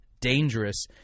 dangerous